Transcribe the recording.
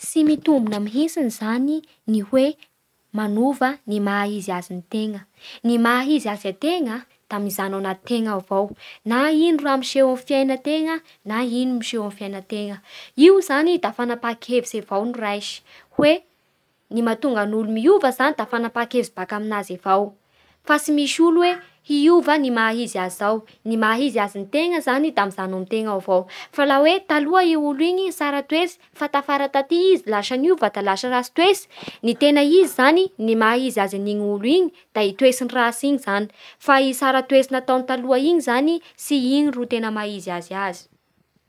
Tsy mitombona mihintsiny zany ny hoe manova nyb maha izy azy antegna, ny maha izy azy antegna da mijano anaty tena ao avao na ino miseho amin'ny fiaina tena na ino miseho amin'ny fiaina tena. Io zany da fanapaha-kevitsy avao no raisy, hoe ny mahatonga ny olo miova zany da mafapaha-kevitsy avy aminazy avao fa tsy misy olo hoe hiova ny maha izy azy zao, ny maha izy azy ny tegna zany da mijano amn'y tena ao avao. fa laha hoe taloha i olo iny tsara toetsy fa tafara taty izy lasa niova da lasa ratsy toetsy, ny tena izy zany ny maha izy an'igny olo igny da igny toetsiny ratsy igny zany, fa iny toetsiny tsara taloha igny zany tsy iny toetsy maha izy azy